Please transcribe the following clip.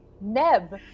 Neb